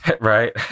right